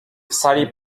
sali